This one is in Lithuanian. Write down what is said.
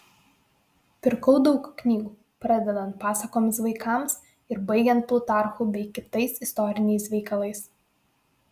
pirkau daug knygų pradedant pasakomis vaikams ir baigiant plutarchu bei kitais istoriniais veikalais